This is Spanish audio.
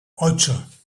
ocho